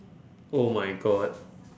oh my god